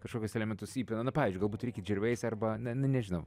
kažkokius elementus įpina na pavyzdžiui galbūt ricky gervais arba na ne nežinau